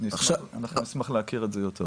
אנחנו נשמח להכיר את זה יותר.